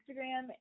Instagram